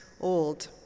old